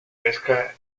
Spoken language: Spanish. pesca